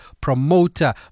promoter